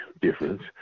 difference